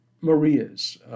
Marias